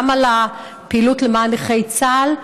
גם על הפעילות למען נכי צה"ל,